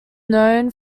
known